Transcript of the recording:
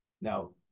Now